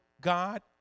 God